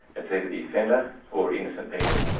it's either the offender or innocent people.